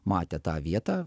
matę tą vietą